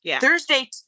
Thursday